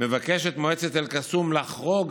מבקשת מועצת אל-קסום לחרוג